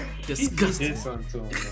Disgusting